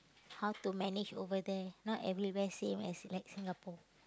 how to manage over there not everywhere same as like Singapore